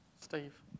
Steve